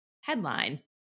headline